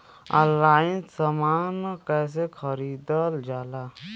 Online समान कैसे खरीदल जाला?